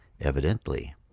Evidently